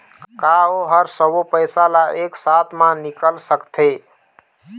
का ओ हर सब्बो पैसा ला एक साथ म निकल सकथे?